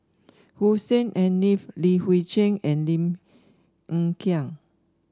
Hussein Haniff Li Hui Cheng and Lim Hng Kiang